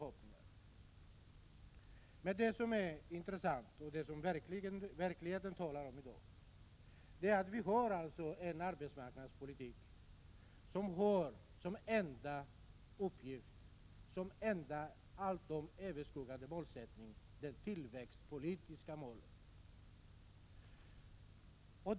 Men det som är intressant och som är verklighet i dag är det faktum att vi har en arbetsmarknadspolitik, som har som enda uppgift och allt överskuggande mål det tillväxtpolitiska målet.